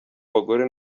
bagore